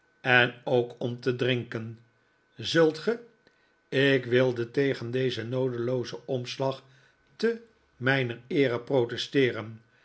en ook om te drinken zult ge ik wilde tegen dezen noedeloozen omslag te mijner eere protesteeren